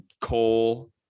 coal